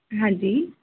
ਹਾਂਜੀ